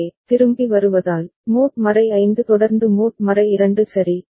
எனவே திரும்பி வருவதால் மோட் 5 தொடர்ந்து மோட் 2 சரி